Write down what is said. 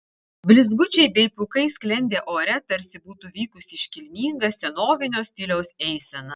blizgučiai bei pūkai sklendė ore tarsi būtų vykusi iškilminga senovinio stiliaus eisena